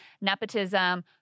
nepotism